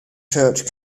church